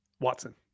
Watson